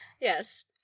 Yes